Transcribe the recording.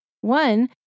One